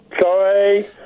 Sorry